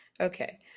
okay